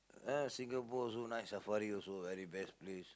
eh Singapore also nice safari also very best place